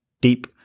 deep